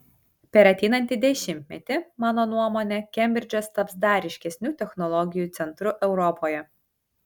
per ateinantį dešimtmetį mano nuomone kembridžas taps dar ryškesniu technologijų centru europoje